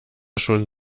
schon